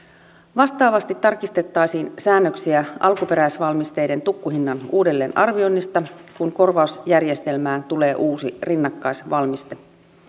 vastaavasti tarkistettaisiin säännöksiä alkuperäisvalmisteiden tukkuhinnan uudelleenarvioinnista kun korvausjärjestelmään tulee uusi rinnakkaisvalmiste